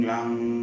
Lang